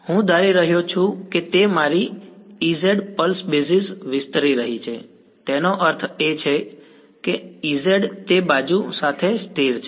હું ધારી રહ્યો છું કે મારી Ez પલ્સ બેઝિસ વિસ્તરી રહી છે તેનો અર્થ એ છે કે Ez તે બાજુ સાથે સ્થિર છે